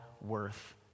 worth